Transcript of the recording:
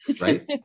Right